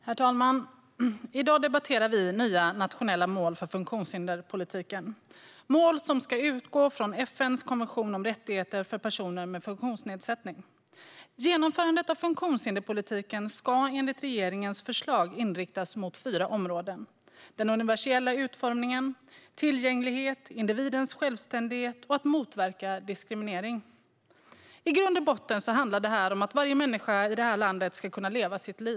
Herr talman! I dag debatterar vi nya nationella mål för funktionshinderspolitiken, mål som ska utgå från FN:s konvention om rättigheter för personer med funktionsnedsättning. Genomförandet av funktionshinderspolitiken ska enligt regeringens förslag inriktas mot fyra områden: den universella utformningen, tillgänglighet, individens självständighet och motverkan av diskriminering. I grund och botten handlar det här om att varje människa i landet ska kunna leva sitt liv.